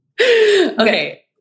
Okay